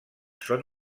són